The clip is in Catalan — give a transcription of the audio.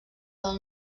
del